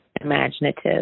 imaginative